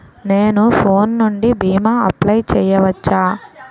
నేను ఫోన్ నుండి భీమా అప్లయ్ చేయవచ్చా?